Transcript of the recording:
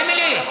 אמילי,